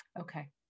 Okay